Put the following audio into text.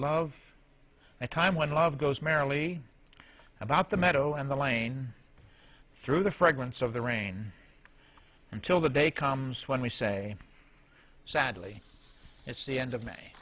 love a time when love goes merrily about the meadow and the lane through the fragments of the rain until the day comes when we say sadly it's the end of may